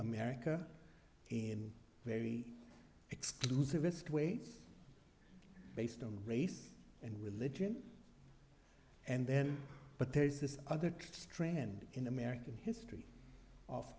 america in a very exclusivist way based on race and religion and then but there's this other strand in american history of